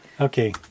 Okay